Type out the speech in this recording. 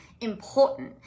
important